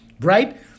Right